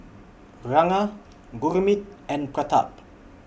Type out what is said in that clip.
Ranga Gurmeet and Pratap